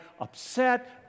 upset